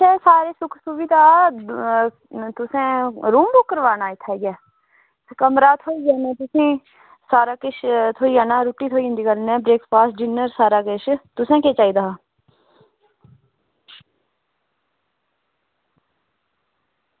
इत्थें सारी सुख सुविधा तुसें रूम बुक कराना इत्थें आइयै ते कमरा थ्होई जाना तुसेंगी सारा किश थ्होई जाना रुट्टी थ्होई जंदी ब्रैकफॉ्सट थ्होई जाना ते दिन्ने आं सारा किश तुसें केह् चाहिदा